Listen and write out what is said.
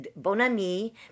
Bonami